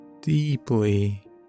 deeply